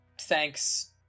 Thanks